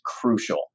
crucial